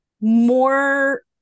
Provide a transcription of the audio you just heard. more